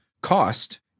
cost